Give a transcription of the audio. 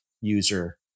user